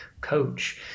coach